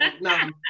No